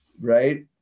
right